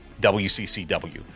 WCCW